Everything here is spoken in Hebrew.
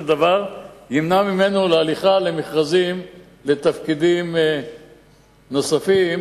דבר תמנע ממנו הליכה למכרזים לתפקידים נוספים,